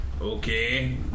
Okay